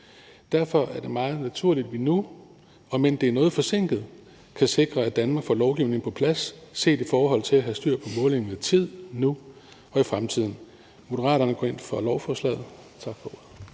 Derfor er det meget naturligt, at vi nu, om end det er noget forsinket, kan sikre, at Danmark får lovgivningen på plads set i forhold til at have styr på målingen af tid nu og i fremtiden. Moderaterne går ind for lovforslaget. Tak for ordet.